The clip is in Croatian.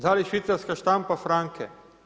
Da li Švicarska štampa franke?